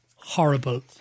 horrible